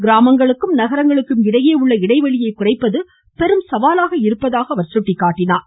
கிராமங்களுக்கும் நகரங்களுக்கும் இடையே உள்ள இடைவெளியை குறைப்பது பெரும் சவலாக இருப்பதாக அவர் சுட்டிக்காட்டினார்